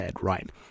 right